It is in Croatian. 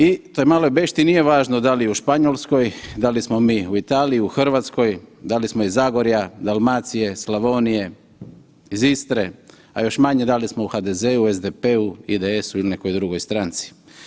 I toj maloj beštiji nije važno da li je u Španjolskoj, da li smo mi u Italiji, u Hrvatskoj, da li smo iz Zagorja, Dalmacije, Slavonije iz Istre, a još manje da li smo u HDZ-u, SDP-u, IDS-u ili nekoj drugoj stranci.